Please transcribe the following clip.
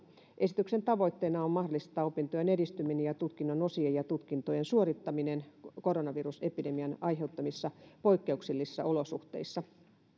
esityksen tavoitteena on mahdollistaa opintojen edistyminen ja tutkinnon osien ja tutkintojen suorittaminen koronavirusepidemian aiheuttamissa poikkeuksellisissa olosuhteissa